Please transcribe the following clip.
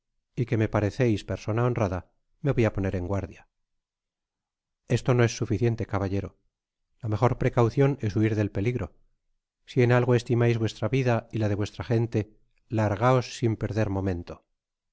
y que flaé pareceis persona honrada me voy á poner en guardia esto no es suficiente caballero la mejor precaución es huir el peligro sí en algo estimais vuestra vida y m de vuestra gente largaos sin perder m'otóento